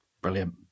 Brilliant